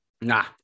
Nah